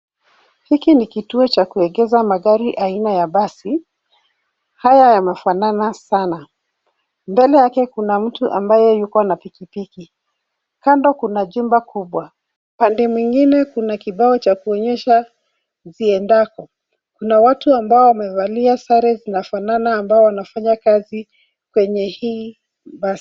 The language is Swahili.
Hiki ni kituo cha kuegeza magari aina ya basi haya yanafanana sana. Mbele yake kuna mtu ambaye yuko na pikipiki. Kando kuna jumba kubwa. Pande mwengine kuna kibao cha kunyesha viendako. Kuna watu ambao wamevalia sare zinafanana ambazo wanafanya kazi kwenye hii basi.